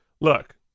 look